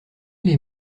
les